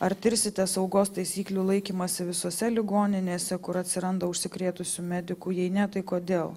ar tirsite saugos taisyklių laikymąsi visose ligoninėse kur atsiranda užsikrėtusių medikų jei ne tai kodėl